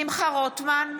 שמחה רוטמן,